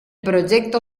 proyecto